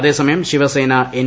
അതേസമയം ശിവസേന എൻ